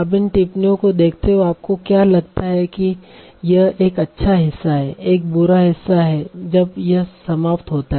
अब इन टिप्पणियों को देखते हुए आपको क्या लगता है कि यह एक अच्छा हिस्सा है एक बुरा हिस्सा क्या है जब यह समाप्त होता है